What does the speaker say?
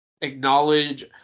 acknowledge